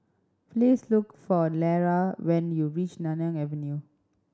please look for Lera when you reach Nanyang Avenue